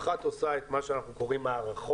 האחת עושה את מה שאנחנו קוראים מערכות,